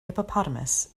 hippopotamus